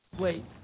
Wait